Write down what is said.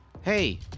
Hey